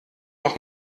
noch